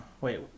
wait